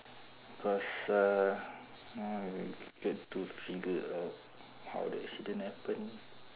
cause uh I get to figure out how the accident happen